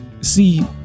See